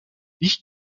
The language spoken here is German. ich